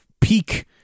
peak